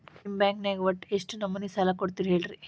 ನಿಮ್ಮ ಬ್ಯಾಂಕ್ ನ್ಯಾಗ ಒಟ್ಟ ಎಷ್ಟು ನಮೂನಿ ಸಾಲ ಕೊಡ್ತೇರಿ ಸ್ವಲ್ಪ ಹೇಳ್ರಿ